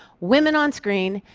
women on-screen,